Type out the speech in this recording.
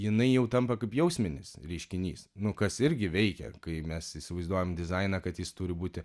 jinai jau tampa kaip jausminis reiškinys nu kas irgi veikia kai mes įsivaizduojam dizainą kad jis turi būti